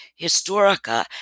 Historica